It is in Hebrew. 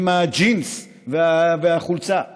עם הג'ינס והחולצה שעליהם,